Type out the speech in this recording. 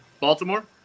Baltimore